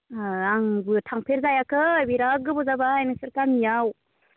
आंबो थाफेरबायाखै बेराद गोबाव जाबाय नोंसोर गामियाव